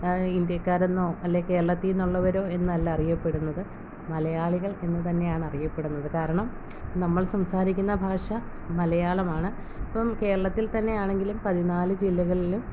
ഇന്ത്യക്കരെന്നോ അല്ലെ കേരളത്തിൽ നിന്നുള്ളവരോ എന്നല്ല അറിയപ്പെടുന്നത് മലയാളികൾ എന്ന് തന്നെയാണ് അറിയപ്പെടുന്നത് കാരണം നമ്മൾ സംസാരിക്കുന്ന ഭാഷ മലയാളമാണ് ഇപ്പം കേരളത്തിൽ തന്നെയാണെങ്കിലും പതിനാല് ജില്ലകളിലും